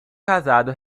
casado